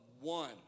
one